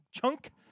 Chunk